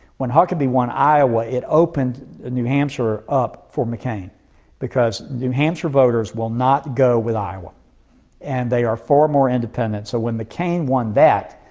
when huckabee won iowa it opened ah new hampshire up for mccain because new hampshire voters will not go with iowa and they are far more independent. so when mccain won that,